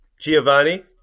Giovanni